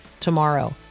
Tomorrow